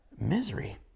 misery